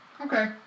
Okay